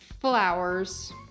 Flowers